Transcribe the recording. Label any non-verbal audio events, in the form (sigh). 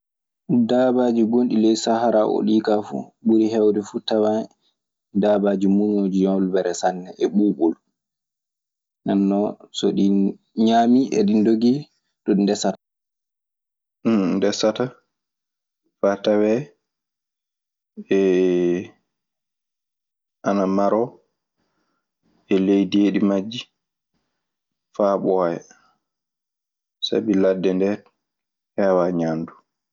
Daabaaji gonɗi ley sahara ɗii kaa fuu, ɓuri heewde fuu tawan dabaaji muñooji yolbere sanne e ɓuuɓol. Ndeen non so ɗi ñaami e ɗi- ɗo ɗi ndessata faa tawee (hesitation) ana maroo e ley deedi majji faa ɓooya sabi ladde ndee heewaa ñaandu.